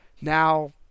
now